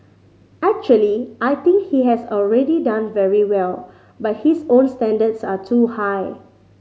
actually I think he has already done very well but his own standards are too high